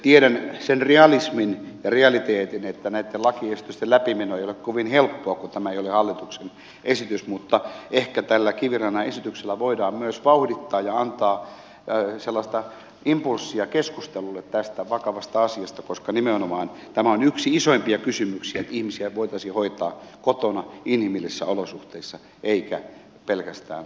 tiedän sen realismin ja realiteetin että näitten lakiesitysten läpimeno ei ole kovin helppoa kun tämä ei ole hallituksen esitys mutta ehkä tällä kivirannan esityksellä voidaan myös vauhdittaa asiaa ja antaa sellaista impulssia keskustelulle tästä vakavasta asiasta koska nimenomaan tämä on yksi isoimpia kysymyksiä että ihmisiä voitaisiin hoitaa kotona inhimillisissä olosuhteissa eikä pelkästään laitoshoidossa